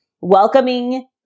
welcoming